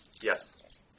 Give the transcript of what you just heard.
Yes